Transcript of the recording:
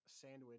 Sandwich